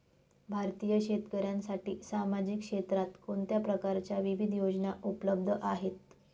भारतीय शेतकऱ्यांसाठी सामाजिक क्षेत्रात कोणत्या प्रकारच्या विविध योजना उपलब्ध आहेत?